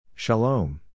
Shalom